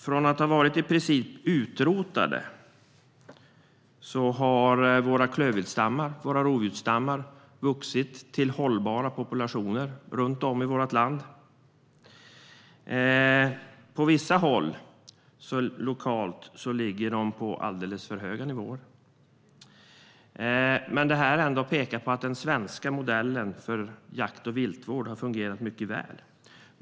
Från att ha varit i princip utrotade har våra klövviltsstammar och rovdjursstammar vuxit till hållbara populationer runt om i vårt land. På vissa håll ligger de lokalt på alldeles för höga nivåer. Det pekar på att den svenska modellen för jakt och viltvård har fungerat mycket väl.